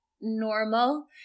normal